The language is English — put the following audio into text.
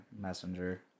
messenger